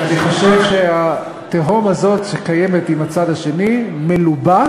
אני חושב שהתהום הזאת, שקיימת עם הצד השני, מלובה